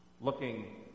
looking